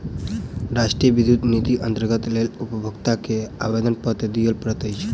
राष्ट्रीय विद्युत निधि अन्तरणक लेल उपभोगता के आवेदनपत्र दिअ पड़ैत अछि